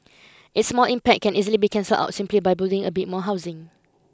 its small impact can easily be cancelled out simply by building a bit more housing